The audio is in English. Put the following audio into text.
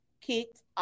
kicked